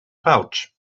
pouch